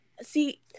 See